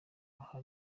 aha